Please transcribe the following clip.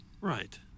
Right